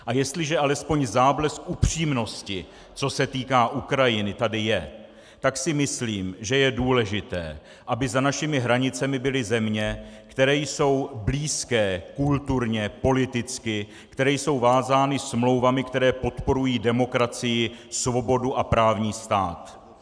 A jestliže alespoň záblesk upřímnosti, co se týká Ukrajiny, tady je, tak si myslím, že je důležité, aby za našimi hranicemi byly země, které jsou blízké kulturně, politicky, které jsou vázány smlouvami, které podporují demokracii, svobodu a právní stát.